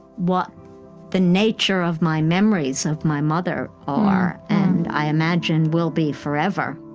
what the nature of my memories of my mother are, and i imagine, will be forever.